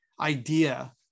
idea